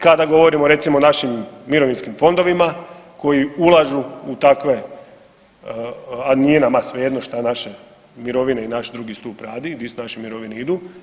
Kada govorimo o recimo našim mirovinskim fondovima koji ulažu u takve a nije nama svejedno što naše mirovine i naš drugi stup radi, gdje naše mirovine idu.